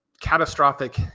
catastrophic